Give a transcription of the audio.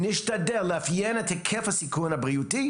נשתדל לאפיין את היקף הסיכון הבריאותי